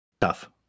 Tough